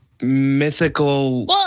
mythical